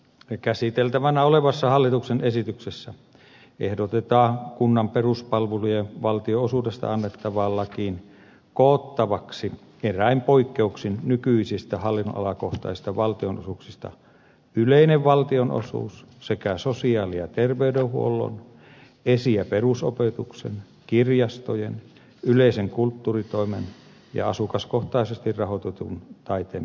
nyt käsiteltävänä olevassa hallituksen esityksessä ehdotetaan kunnan peruspalvelujen valtionosuudesta annettavaan lakiin koottavaksi eräin poikkeuksin nykyisistä hallinnonalakohtaisista valtionosuuksista yleinen valtionosuus sekä sosiaali ja terveydenhuollon esi ja perusopetuksen kirjastojen yleisen kulttuuritoimen ja asukaskohtaisesti rahoitetun taiteen perusopetuksen valtionosuudet